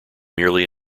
merely